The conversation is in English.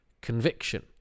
conviction